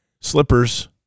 slippers